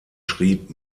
schrieb